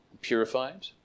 purified